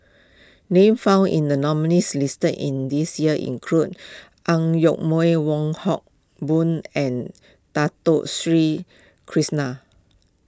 names found in the nominees' list in this year include Ang Yoke Mooi Wong Hock Boon and Dato Sri Krishna